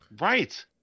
Right